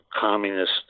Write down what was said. communist